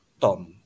Tom